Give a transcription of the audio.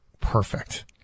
Perfect